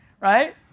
right